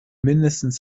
mindestens